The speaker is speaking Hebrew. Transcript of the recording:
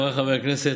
חבריי חברי הכנסת,